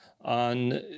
on